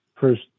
first